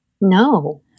No